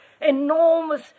enormous